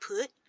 put